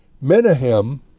Menahem